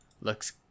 looks